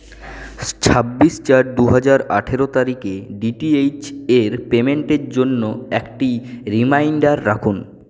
ছাব্বিশ চার দু হাজার আঠেরো তারিখে ডিটিএইচ এর পেইমেন্টের জন্য একটি রিমাইন্ডার রাখুন